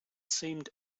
seemed